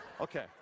Okay